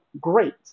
great